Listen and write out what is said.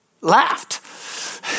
laughed